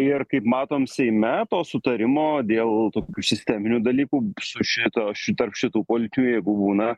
ir kaip matom seime to sutarimo dėl tų sisteminių dalykų su šito ši tarp šitų politinių jėgų būna